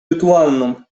rytualną